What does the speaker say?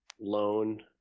loan